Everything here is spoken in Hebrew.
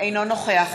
אינו נוכח